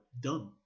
Done